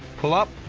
pull up!